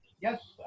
Yes